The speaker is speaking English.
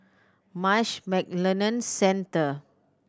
Marsh McLennan Centre